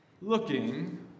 Looking